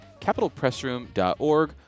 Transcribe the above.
capitalpressroom.org